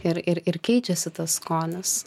ir ir ir keičiasi tas skonis